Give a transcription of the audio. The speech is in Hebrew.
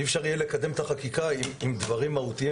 ואי אפשר יהיה לקדם את החקיקה עם דברים מהותיים,